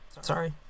Sorry